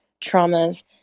traumas